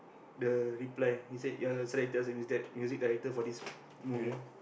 the reply he said you're selected as the music music director for this movie